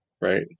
right